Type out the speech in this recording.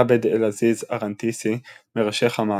עבד אל-עזיז א-רנתיסי, מראשי חמאס,